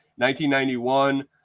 1991